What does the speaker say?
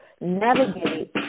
navigate